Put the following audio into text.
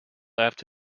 left